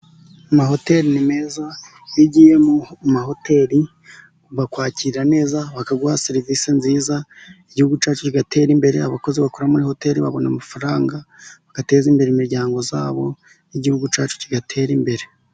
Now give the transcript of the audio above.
Amahoteri ni meza, iyo ugiye mu mahoteri bakwakira neza, bakaguha serivisi nziza, igihugu cyacu kidatera imbere, abakozi bakora muri hoteri babona amafaranga bagateza imbere imiryango yabo, n'igihugu cyacu kigatera imbere.